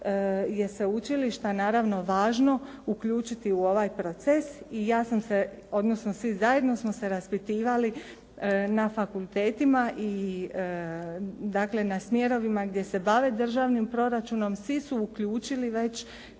je sveučilišta naravno važno uključiti u ovaj proces i ja sam se, odnosno svi zajedno smo se raspitivali na fakultetima i na smjerovima gdje se bave državnim proračunom. Svi su uključili već